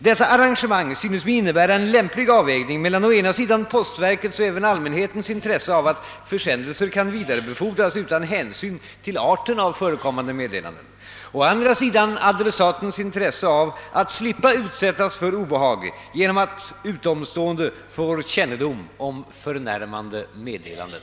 Detta arrangemang synes mig innebära en lämplig avvägning mellan å ena sidan postverkets och även allmänhetens intresse av att försändelser kan vidarebefordras utan hänsyn till arten av förekommande meddelanden, å andra sidan adressatens intresse av att slippa utsättas för obehag genom att utomstående får kännedom om förnärmande meddelanden.